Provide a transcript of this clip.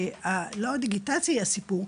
כלומר לא הדיגיטציה הסיפור,